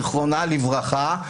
זיכרונה לברכה,